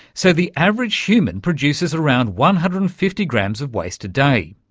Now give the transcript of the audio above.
so the average human produces around one hundred and fifty grams of waste a day.